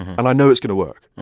and i know it's going to work.